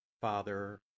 Father